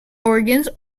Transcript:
organs